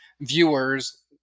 viewers